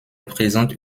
présente